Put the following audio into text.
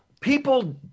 people